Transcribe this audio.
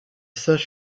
sages